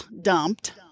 dumped